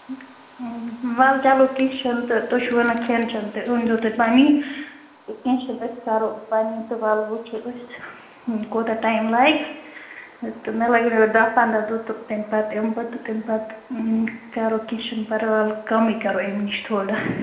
وَلہ چلو کیٚنٛہہ چھُنہٕ تہٕ تُہۍ چھِو وَنان کھٮ۪ن چٮ۪ن تہٕ أنۍزیٚو تُہۍ پَنٕنی کیٚنٛہہ چھُنہٕ أسۍ کرو پَنٕنی تہٕ وَلہٕ وُچھو أسۍ کوتاہ ٹایم لَگہِ تہٕ مےٚ لَگَن یَپٲرۍ داہ پَنٛداہ دۄہ تہٕ تَمہِ پَتہٕ یِمہٕ بہٕ تہٕ تَمہِ پَتہٕ کرو کیٚنٛہہ چھُنہٕ پرواے وَلہٕ کمٕے کرو اَمہِ نِش تھوڑا